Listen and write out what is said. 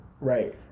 Right